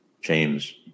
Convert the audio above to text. James